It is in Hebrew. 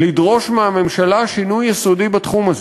לדרוש מהממשלה שינוי יסודי בתחום הזה,